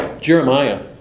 Jeremiah